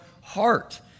heart